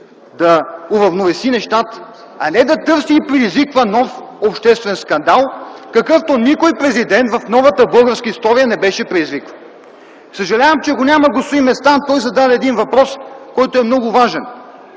да уравновеси нещата, а не да търси и да предизвиква нов обществен скандал, какъвто никой президент в новата българска история не беше предизвиквал. Съжалявам, че го няма господин Местан, той зададе един въпрос, който е много важен.